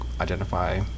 identify